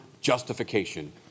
justification